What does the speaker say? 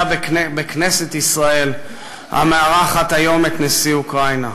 בכנסת ישראל המארחת היום את נשיא אוקראינה,